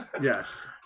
Yes